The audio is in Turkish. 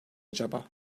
acaba